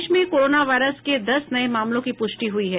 देश में corona virus के दस नए मामलों की पुष्टि हुई है